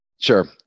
Sure